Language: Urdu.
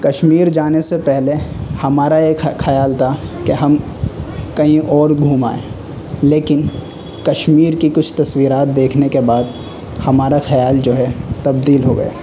کشمیر جانے سے پہلے ہمارا یہ خیال تھا کہ ہم کہیں اور گھوم آئیں لیکن کشمیر کی کچھ تصویرات دیکھنے کے بعد ہمارا خیال جو ہے تبدیل ہو گیا